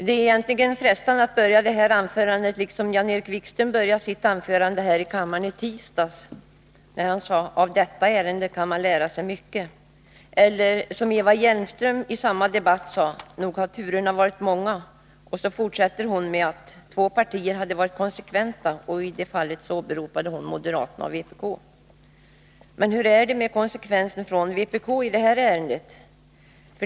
Det är frestande att börja detta anförande liksom Jan-Erik Wikström började sitt anförande här i kammaren i tisdags: ”Av detta ärende kan man lära mycket.” Eller som Eva Hjelmström i samma debatt sade: ”Nog har turerna varit många.” Och så fortsatte hon med att två partier hade varit konsekventa — och i det fallet åberopade hon moderaterna och vpk. Men hur är det med konsekvensen från vpk i detta ärende?